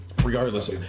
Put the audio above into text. regardless